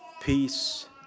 Peace